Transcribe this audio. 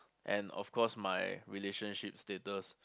and of course my relationship status